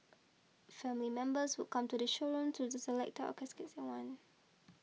family members would come to the showroom to the select caskets they want